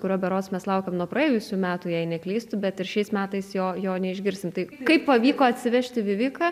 kurio berods mes laukiam nuo praėjusių metų jei neklystu bet ir šiais metais jo jo neišgirsim tai kaip pavyko atsivežti viviką